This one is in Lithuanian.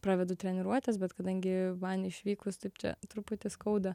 pravedu treniruotes bet kadangi man išvykus taip čia truputį skauda